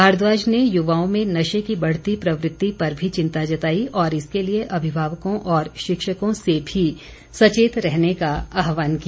भारद्वाज ने युवाओं में नशे की बढ़ती प्रवृति पर भी चिंता जताई और इसके लिए अभिभावकों और शिक्षकों से भी सचेत रहने का आह्वान किया